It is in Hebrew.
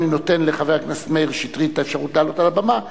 והואיל ואני נותן את לחבר הכנסת מאיר שטרית את האפשרות לעלות על הבמה,